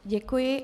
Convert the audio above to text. Děkuji.